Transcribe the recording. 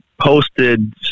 posted